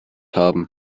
haben